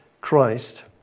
Christ